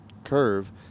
curve